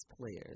players